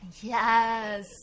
Yes